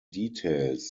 details